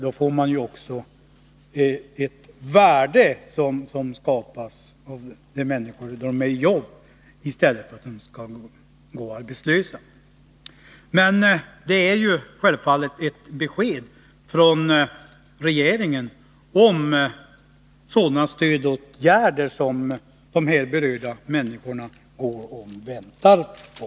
Då skapas ju ett värde för människorna genom att de får jobb i stället för att gå arbetslösa. Det är självfallet ett besked från regeringen om sådana stödåtgärder som de berörda människorna går och väntar på.